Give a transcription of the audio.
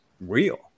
real